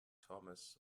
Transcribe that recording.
thomas